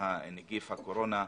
נגיף הקורונה,